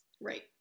Right